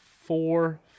four